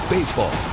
Baseball